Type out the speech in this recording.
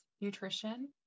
nutrition